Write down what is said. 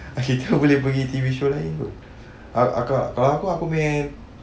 I pray you how I can totally burgee T_V show likelihood acar bak kwa for me